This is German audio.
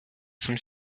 von